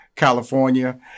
California